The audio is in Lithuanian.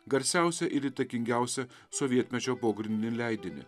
garsiausią ir įtakingiausią sovietmečio pogrindinį leidinį